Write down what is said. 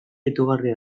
itogarria